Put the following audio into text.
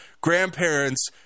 grandparents